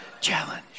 Challenge